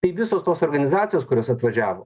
tai visos tos organizacijos kurios atvažiavo